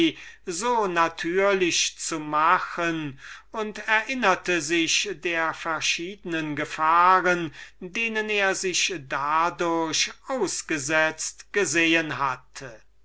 so natürlich zu machen und erinnerte sich der verschiednen gefahren denen er sich dadurch ausgesetzt gesehen hatte